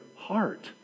heart